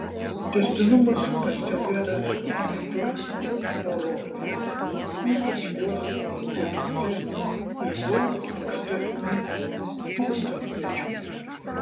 tęstinumas pastebėtas ir kitur europoje ypač jos pietuose iš daug ankstesnių tūkstantmečių